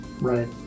Right